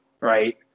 right